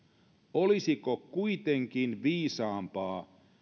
olisiko kuitenkin viisaampaa